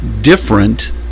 different